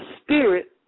spirit